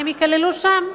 הם ייכללו שם.